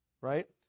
right